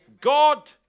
God